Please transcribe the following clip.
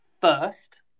first